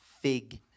fig